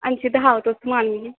अच्छा तुस लिखाओ समान गी गै